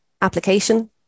application